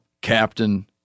Captain